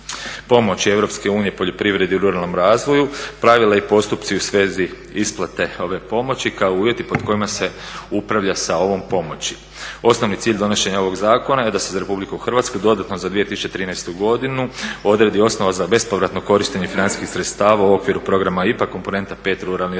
pomoći Europske unije poljoprivredi i ruralnom razvoju, pravila i postupci u svezi isplate ove pomoći kao i uvjeti pod kojima se upravlja sa ovom pomoći. Osnovni cilj donošenja ovoga zakona je da se za Republiku Hrvatsku dodatno za 2013. godinu odredi osnova za bespovratno korištenje financijskih sredstava u okviru programa IPA, komponenta 5 ruralni razvoj.